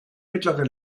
mittlere